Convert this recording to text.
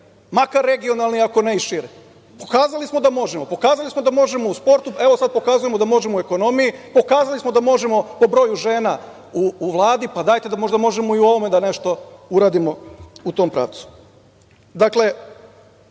makar regionalni, ako ne i šire? Pokazali smo da možemo. Pokazali smo da možemo u sportu. Evo, sad pokazujemo da može i u ekonomiji. Pokazali smo da možemo po broju žena u Vladi, pa dajte da možda možemo i u ovome nešto uradimo u tom pravcu. Dakle,